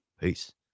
Peace